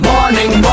Morning